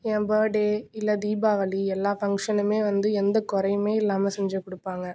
என் பேர்ட்டே இல்லை தீபாவளி எல்லாம் ஃபங்க்ஷனுமே வந்து எந்த குறையுமே இல்லாமல் செஞ்சுக் கொடுப்பாங்க